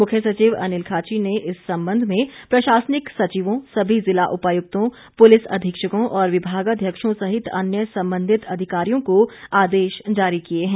मुख्य सचिव अनिल खाची ने इस संबंध में प्रशासनिक सचिवों सभी जिला उपायुक्तों पुलिस अधीक्षकों और विभागाध्यक्षों सहित अन्य संबंधित अधिकारियों को आदेश जारी किए है